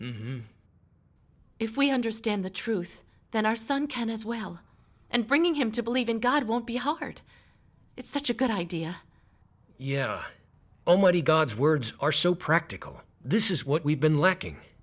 sincerely if we understand the truth then our son can as well and bringing him to believe in god won't be hard it's such a good idea yeah only god's words are so practical this is what we've been lacking